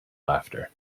laughter